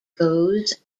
goes